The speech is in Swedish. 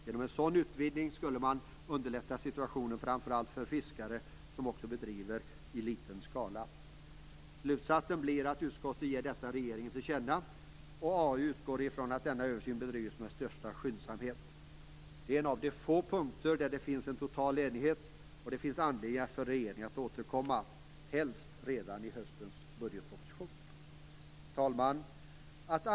Genom en sådan utvidgning skulle man underlätta situationen framför allt för fiskare som också bedriver fiske i liten skala. Slutsatsen blir att utskottet ger regeringen detta till känna. Arbetsmarknadsutskottet utgår från att denna översyn bedrivs med största skyndsamhet. Detta är en av de få punkter där det råder total enighet. Det finns anledning för regeringen att återkomma, helst redan i höstens budgetproposition. Herr talman!